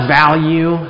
value